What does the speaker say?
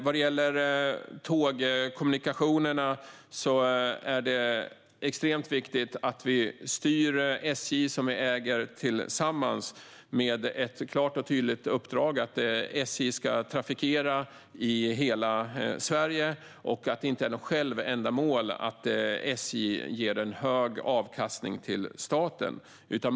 Vad gäller tågkommunikationerna är det extremt viktigt att vi styr SJ, som vi äger tillsammans, med ett klart och tydligt uppdrag: SJ ska trafikera i hela Sverige, och det är inte något självändamål att SJ ger en hög avkastning till staten.